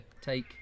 take